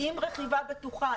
עם רכיבה בטוחה,